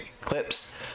clips